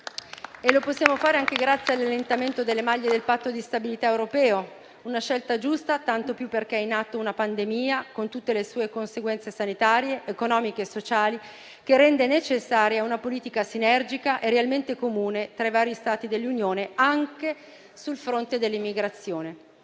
e lo possiamo fare anche grazie all'allentamento delle maglie del patto di stabilità europeo, una scelta giusta, tanto più perché è in atto una pandemia, con tutte le sue conseguenze sanitarie, economiche e sociali, che rende necessaria una politica sinergica e realmente comune tra i vari Stati dell'Unione, anche sul fronte dell'immigrazione.